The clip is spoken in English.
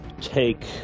take